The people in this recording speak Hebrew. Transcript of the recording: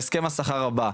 להסכם השכר הבא,